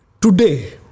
Today